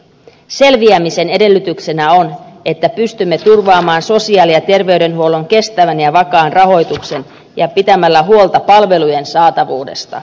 selviämisen edellytyksenä on että pystymme turvaamaan sosiaali ja terveydenhuollon kestävän ja vakaan rahoituksen ja pitämään huolta palvelujen saatavuudesta